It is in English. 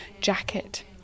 jacket